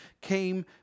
came